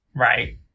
Right